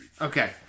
Okay